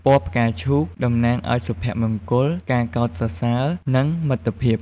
ពណ៌ផ្កាឈូក តំណាងឲ្យ សុភមង្គល ការកោតសរសើរ និង មិត្តភាព។